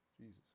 Jesus